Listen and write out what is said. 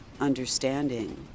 understanding